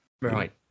Right